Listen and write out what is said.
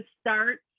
start